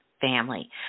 family